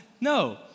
No